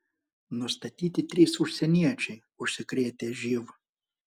nustatyti trys užsieniečiai užsikrėtę živ